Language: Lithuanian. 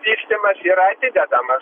vystymas yra atidedamas